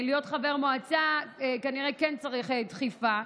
כנראה כן צריך דחיפה.